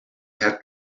had